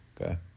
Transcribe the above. okay